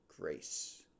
grace